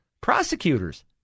prosecutors